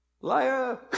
Liar